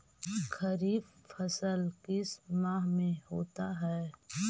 खरिफ फसल किस माह में होता है?